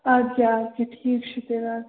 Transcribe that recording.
اَدٕ کیاہ اَدٕ کیاہ ٹھیٖک چھُ تیٚلہِ اَدٕ کیاہ